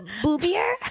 boobier